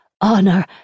Honor